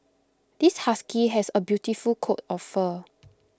this husky has A beautiful coat of fur